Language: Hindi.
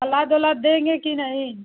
सलाद ओलाद देंगे कि नहीं